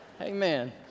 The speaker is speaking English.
Amen